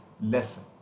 lesson